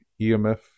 EMF